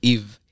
Eve